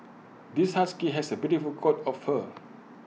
this husky has A beautiful coat of fur